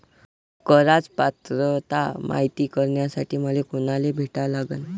कराच पात्रता मायती करासाठी मले कोनाले भेटा लागन?